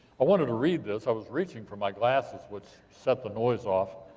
i wanted to read this. i was reaching for my glasses, which set the noise off.